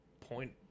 point